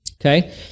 Okay